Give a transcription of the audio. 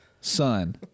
son